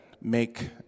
make